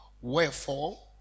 wherefore